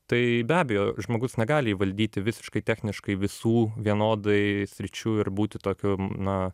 tai be abejo žmogus negali įvaldyti visiškai techniškai visų vienodai sričių ir būti tokiu na